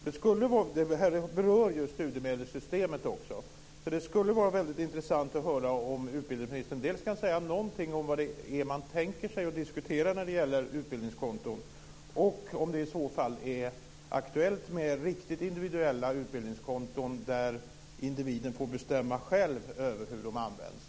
Denna fråga berör studiemedelssystemet. Det skulle vara intressant att höra om utbildningsministern kan säga någonting om dels vad man tänker sig att diskutera när det gäller utbildningskonton, dels om det är aktuellt med riktigt individuella utbildningskonton där individen får bestämma själv hur pengarna används.